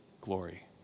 glory